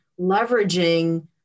leveraging